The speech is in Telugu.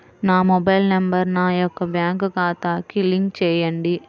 నా మొబైల్ నంబర్ నా యొక్క బ్యాంక్ ఖాతాకి లింక్ చేయండీ?